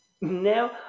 Now